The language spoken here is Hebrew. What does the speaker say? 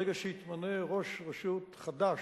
ברגע שיתמנה ראש רשות חדש,